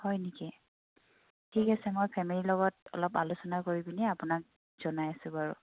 হয় নেকি ঠিক আছে মই ফেমিলী লগত অলপ আলোচনা কৰি পিনে আপোনাক জনাই আছোঁ বাৰু